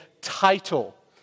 title